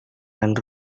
dan